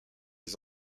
les